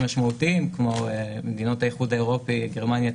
משמעותיים כמו מדינות האיחוד האירופי: גרמניה,